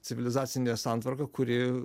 civilizacinė santvarka kuri